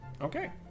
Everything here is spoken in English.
Okay